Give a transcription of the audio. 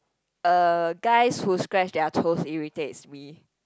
uh guys who scratch their toes irritates me